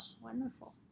Wonderful